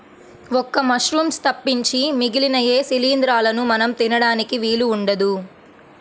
ఒక్క మశ్రూమ్స్ తప్పించి మిగిలిన ఏ శిలీంద్రాలనూ మనం తినడానికి వీలు ఉండదు